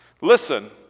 Listen